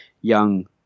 young